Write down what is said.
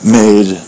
made